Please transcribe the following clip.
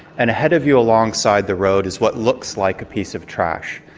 and ahead of you alongside the road is what looks like a piece of trash.